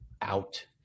out